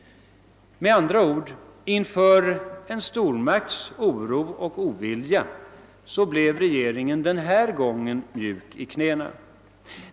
Med andra ord: inför en stormakts oro och ovilja blev regeringen den här gången mjuk i knäna.